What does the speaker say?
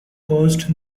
coast